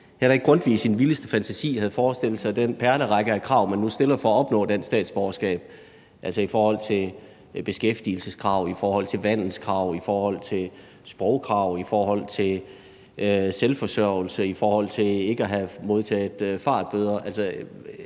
at Grundtvig i sin vildeste fantasi havde forestillet sig den perlerække af krav, man nu stiller for at opnå dansk statsborgerskab – altså i forhold til beskæftigelseskrav, i forhold til vandelskrav, i forhold til sprogkrav, i forhold til selvforsørgelse, i forhold til ikke at have modtaget fartbøder.